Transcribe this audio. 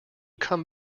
come